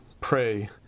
pray